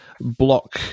block